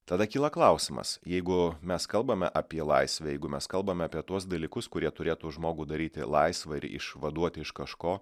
tada kyla klausimas jeigu mes kalbame apie laisvę jeigu mes kalbame apie tuos dalykus kurie turėtų žmogų daryti laisvą ir išvaduoti iš kažko